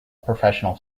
professional